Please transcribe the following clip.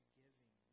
giving